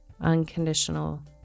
Unconditional